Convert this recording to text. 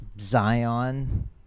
Zion